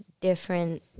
different